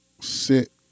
sit